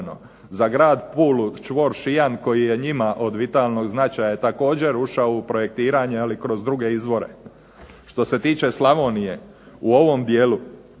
Za grad Pulu čvor Šijan koji je njima od vitalnog značaja također ušao u projektiranje ali kroz druge izvore. Što se tiče Slavonije, u ovom dijelu